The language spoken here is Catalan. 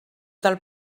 del